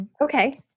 Okay